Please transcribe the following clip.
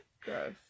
Gross